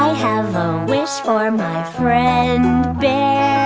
have a wish for my friend bear